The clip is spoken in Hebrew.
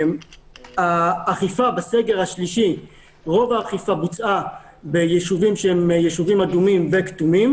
רוב האכיפה בסגר השלישי בוצעה בישובים אדומים וכתומים